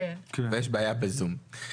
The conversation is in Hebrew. ויש בעיה בזום.